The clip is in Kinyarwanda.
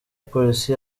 polisi